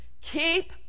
Keep